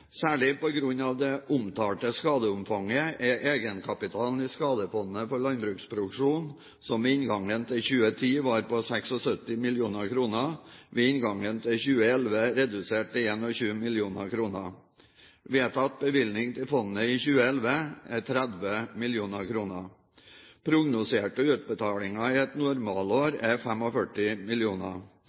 Særlig på grunn av det omtalte skadeomfanget er egenkapitalen i Skadefondet for landbruksproduksjon, som ved inngangen til 2010 var på 76 mill. kr, ved inngangen til 2011 redusert til 21 mill. kr. Vedtatt bevilgning til fondet i 2011 er 30 mill. kr. Prognoserte utbetalinger i et normalår er